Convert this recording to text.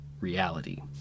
reality